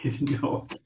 no